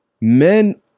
men